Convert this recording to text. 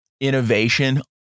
Innovation